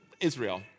Israel